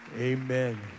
Amen